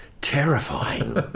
Terrifying